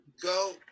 Go